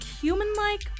human-like